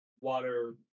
water